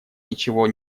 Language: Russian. ничего